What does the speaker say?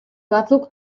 batzuk